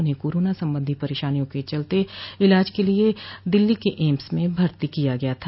उन्हें कोरोना संबंधी परेशानियों के इलाज के लिए दिल्ली के एम्स में भर्ती किया गया था